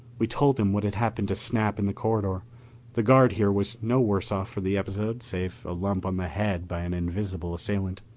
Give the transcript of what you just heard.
we told him what had happened to snap in the corridor the guard here was no worse off for the episode, save a lump on the head by an invisible assailant.